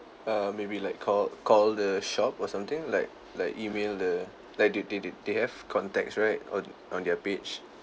err maybe like call call the shop or something like like email the like they they they they have contacts right on on their page